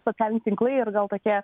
socialiniai tinklai ir gal tokie